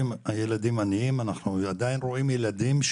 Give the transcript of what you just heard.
אנחנו עדיין רואים ילדים עניים,